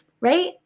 right